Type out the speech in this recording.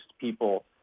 people